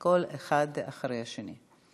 הכול, אחד אחרי השני.